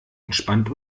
entspannt